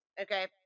Okay